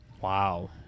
Wow